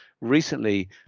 recently